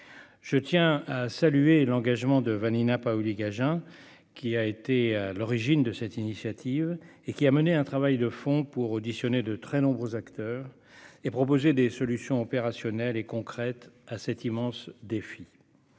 Je tiens à saluer l'engagement de Vanina Paoli-Gagin, qui est à l'origine de cette initiative et qui a accompli un travail de fond pour auditionner de très nombreux acteurs et proposer des solutions opérationnelles et concrètes pour relever cet immense défi.